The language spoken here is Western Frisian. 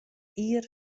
jier